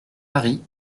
paris